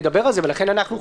לכן אנחנו חושבים,